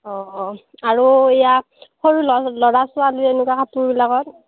অ' আৰু ইয়াত সৰু ল ল'ৰা ছোৱালীৰ এনেকুৱা কাপোৰবিলাকত